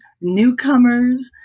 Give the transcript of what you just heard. newcomers